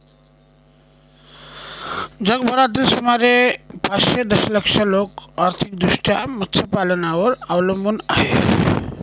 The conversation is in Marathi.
जगभरातील सुमारे पाचशे दशलक्ष लोक आर्थिकदृष्ट्या मत्स्यपालनावर अवलंबून आहेत